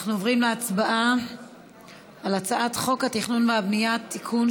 אנחנו עוברים להצבעה על הצעת חוק התכנון והבנייה (תיקון,